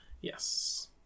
yes